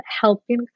helping